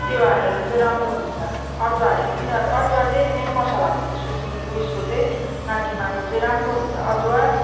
त्यो हालेर चाहिँ राम्रो हुन्छ अदुवा हाल्यो भने पनि अदुवा चाहिँ मेन मसाला हो त्यसको सिङ् उयेसको चाहिँ नाकिमाको चाहिँ राम्रो हुन्छ अदुवा